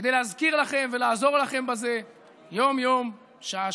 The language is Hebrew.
כדי להזכיר לכם ולעזור לכם בזה יום-יום, שעה-שעה.